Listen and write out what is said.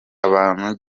abantu